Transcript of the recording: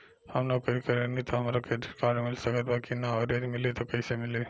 हम नौकरी करेनी त का हमरा क्रेडिट कार्ड मिल सकत बा की न और यदि मिली त कैसे मिली?